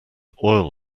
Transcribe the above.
oil